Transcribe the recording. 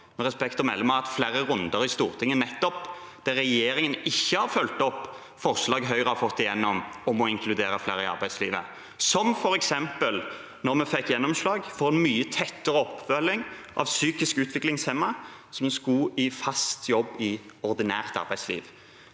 Vi har hatt flere runder i Stortinget der regjeringen ikke har fulgt opp forslag Høyre har fått igjennom om å inkludere flere i arbeidslivet, som f.eks. da vi fikk gjennomslag for mye tettere oppfølging av psykisk utviklingshemmede som skulle i fast jobb i ordinært arbeidsliv.